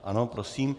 Ano, prosím.